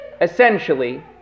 essentially